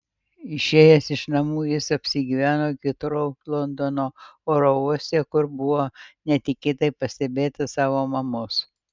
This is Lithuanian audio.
išėjęs iš namų jis apsigyveno hitrou londono oro uoste kur buvo netikėtai pastebėtas savo mamos